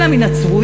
אלא מן הצבועים,